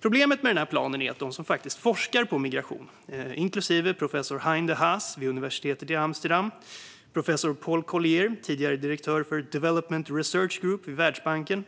Problemet med den här planen är att de som faktiskt forskar på migration, inklusive professor Hein de Haas vid universitetet i Amsterdam, professor Paul Collier, tidigare direktör för Development Research Group vid Världsbanken